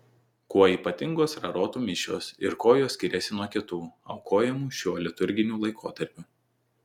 kuo ypatingos rarotų mišios ir kuo jos skiriasi nuo kitų aukojamų šiuo liturginiu laikotarpiu